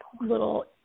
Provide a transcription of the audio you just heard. little